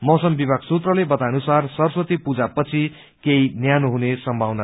मौसम विभाग सूत्रले बताए अनुसार सरस्वती पूजापछि केही न्यानो हुने सम्भावना छ